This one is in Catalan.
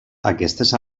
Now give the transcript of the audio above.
aquestes